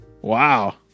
Wow